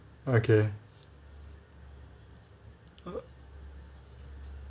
okay